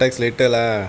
text later lah